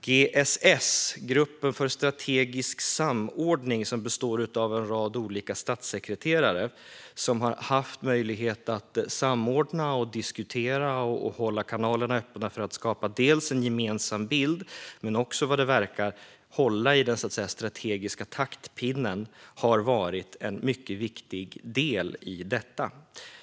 GSS, gruppen för strategisk samordning, som består av en rad olika statssekreterare och som har haft möjlighet att samordna, diskutera och hålla kanalerna öppna för att skapa en gemensam bild och, vad det verkar, hålla i den strategiska taktpinnen, har varit en mycket viktig del i detta.